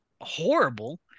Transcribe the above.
horrible